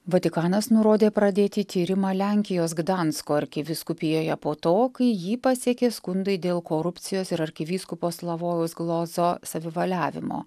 vatikanas nurodė pradėti tyrimą lenkijos gdansko arkivyskupijoje po to kai jį pasiekė skundai dėl korupcijos ir arkivyskupo slavojaus glodzo savivaliavimo